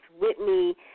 Whitney